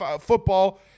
football